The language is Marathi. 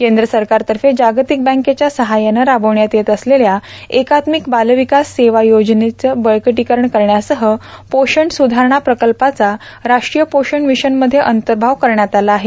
केंद्र सरकारतर्फे जागतिक बँकेच्या सहाय्यानं राबविण्यात येत असलेल्या एकात्मिक बालविकास सेवा योजनेचं बळकटीकरण करण्यासह पोषण सुधारणा प्रकल्पाचा राष्ट्रीय पोषण मिशनमध्ये अंतर्भाव करण्यात आला आहे